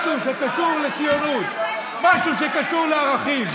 משהו שקשור לציונות, משהו שקשור לערכים.